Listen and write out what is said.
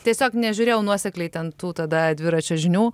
tiesiog nežiūrėjau nuosekliai ten tų tada dviračio žinių